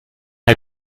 hij